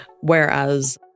whereas